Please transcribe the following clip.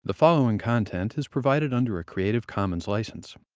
the following content is provided under a creative commons license.